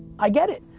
i get it,